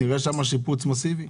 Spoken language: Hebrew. נראה שם שיפוץ מאסיבי?